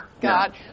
god